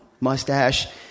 mustache